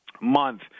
Month